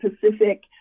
Pacific